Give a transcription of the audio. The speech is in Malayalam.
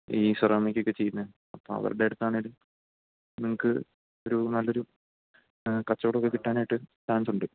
ഈ സെറാമിക്കൊക്കെ ചെയ്യുന്നത് അപ്പോള് അവരുടെ അടുത്താണെങ്കില് നിങ്ങള്ക്ക് ഒരു നല്ലൊരു കച്ചവടമൊക്കെ കിട്ടാനായിട്ട് ചാൻസുണ്ട്